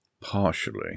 Partially